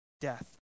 death